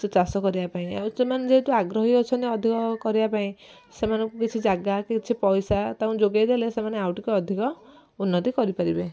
ସେ ଚାଷ କରିବା ପାଇଁ ଆଉ ସେମାନେ ଯେହେତୁ ଆଗ୍ରହୀ ଅଛନ୍ତି ଅଧିକ କରିବା ପାଇଁ ସେମାନଙ୍କୁ କିଛି ଜାଗା କିଛି ପଇସା ତାଙ୍କୁ ଯୋଗାଇ ଦେଲେ ସେମାନେ ଆଉ ଟିକେ ଅଧିକ ଉନ୍ନତି କରିପାରିବେ